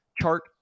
chart